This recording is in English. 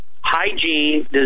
hygiene